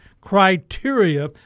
criteria